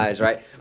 right